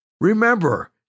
Remember